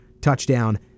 touchdown